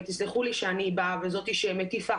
ותסלחו לי שאני באה וזאת שמטיפה